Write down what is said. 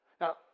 now